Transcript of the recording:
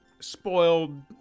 spoiled